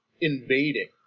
invading